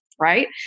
right